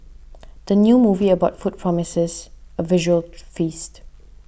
the new movie about food promises a visual feast